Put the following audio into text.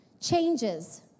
changes